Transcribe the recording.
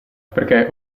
perché